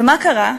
ומה קרה?